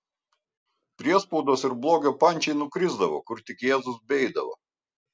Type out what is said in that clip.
priespaudos ir blogio pančiai nukrisdavo kur tik jėzus beeidavo